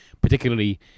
particularly